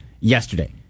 Yesterday